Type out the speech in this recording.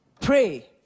pray